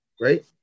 right